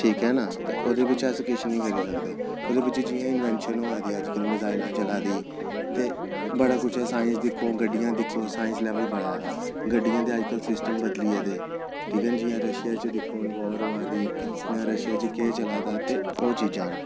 ठीक ऐ ना ते ओह्दे बिच अस किश निं करी सकदे ओह्दे बिच जि'यां इन्वेन्शन होआ दी अज्ज कल मिसाइलां चला दी ते बड़ा कुछ ऐ साइंस दिक्खो गड्डियां दिक्खो साइंस लेवल बढ़ा दा गड्डियें दे अज्जकल सिस्टम बदली गेदे ठीक ऐ ना जि'यां रशिया च दिक्खो हून वॉर होआ दी ऐ जि'यां रशिया त केह् चला दा ऐ ते ओह् चीजां न